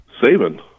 Saving